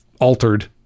altered